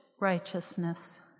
righteousness